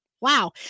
wow